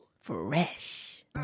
Fresh